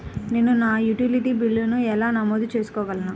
నేను నా యుటిలిటీ బిల్లులను ఎలా నమోదు చేసుకోగలను?